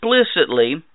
explicitly